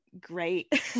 great